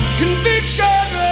conviction